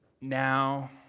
now